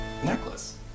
necklace